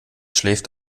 schläft